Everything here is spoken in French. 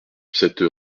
cette